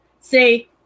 See